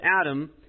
Adam